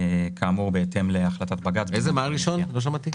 כאמור בהתאם להחלטת בג"ץ בעניין תנאי מחיה.